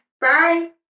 Bye